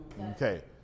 Okay